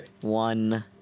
one